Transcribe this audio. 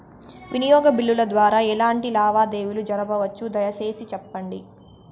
వినియోగ బిల్లుల ద్వారా ఎట్లాంటి లావాదేవీలు జరపొచ్చు, దయసేసి సెప్పండి?